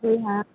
जी हाँ